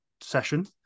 session